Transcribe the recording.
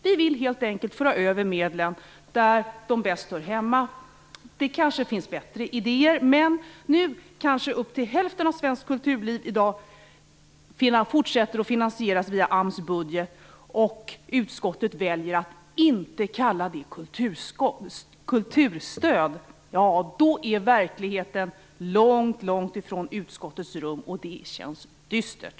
Vi vill helt enkelt föra över medlen dit där de bäst hör hemma. Det kanske finns bättre idéer. Men nu kanske upp till hälften av svenskt kulturliv i dag även i fortsättningen finansieras via AMS budget. Utskottet väljer att inte kalla det kulturstöd. Då är verkligheten långt från utskottets rum. Det känns dystert.